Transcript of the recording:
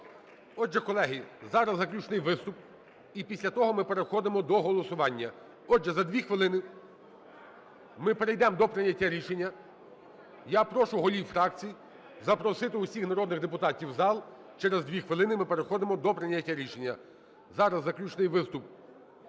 Отже, колеги, зараз заключний виступ. І після того ми переходимо до голосування. Отже, за 2 хвилини ми перейдемо до прийняття рішення. Я прошу голів фракцій запросити усіх народних депутатів в зал, через дві хвилини ми переходимо до прийняття рішення. Зараз заключний виступ